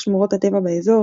פיתוח שמורות הטבע באזור,